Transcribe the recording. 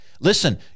Listen